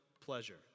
pleasure